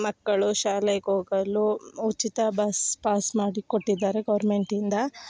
ಮಕ್ಕಳು ಶಾಲೆಗೆ ಹೋಗಲೂ ಉಚಿತ ಬಸ್ ಪಾಸ್ ಮಾಡಿ ಕೊಟ್ಟಿದಾರೆ ಗೌರ್ಮೆಂಟಿಂದ